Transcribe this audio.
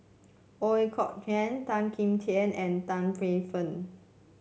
Ooi Kok Chuen Tan Kim Tian and Tan Paey Fern